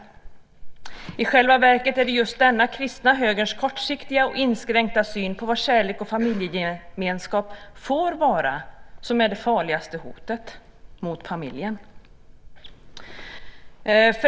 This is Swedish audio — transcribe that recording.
I själva verket är det just denna den kristna högerns kortsiktiga och inskränkta syn på vad kärlek och familjegemenskap får vara som är det farligaste hotet mot familjen.